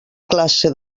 classe